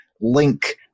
link